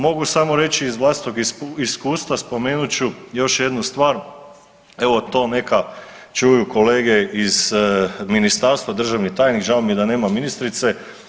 Mogu samo reći iz vlastitog iskustva, spomenut ću još jednu stvar evo to neka čuju kolege iz ministarstva, državni tajnik, žao mi je da nema ministrice.